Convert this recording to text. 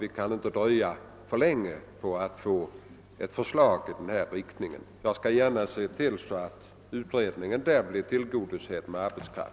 Vi anser ju alla att uppgiften är så viktig att vi inte kan vänta så länge på ett förslag.